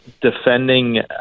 defending